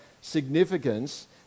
significance